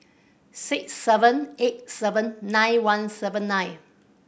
six seven eight seven nine one seven nine